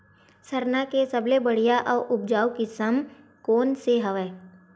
सरना के सबले बढ़िया आऊ उपजाऊ किसम कोन से हवय?